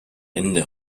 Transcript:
ende